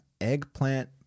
eggplant